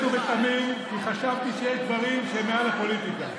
ובתמים כי חשבתי שיש דברים שהם מעל הפוליטיקה,